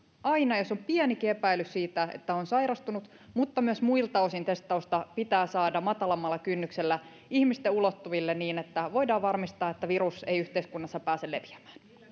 aina jos on pienikin epäilys siitä että on sairastunut mutta myös muilta osin testausta pitää saada matalammalla kynnyksellä ihmisten ulottuville niin että voidaan varmistaa että virus ei yhteiskunnassa pääse leviämään